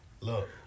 Look